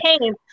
came